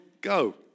Go